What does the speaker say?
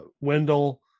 Wendell